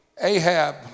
Ahab